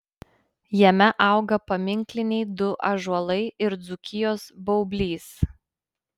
jame auga paminkliniai du ąžuolai ir dzūkijos baublys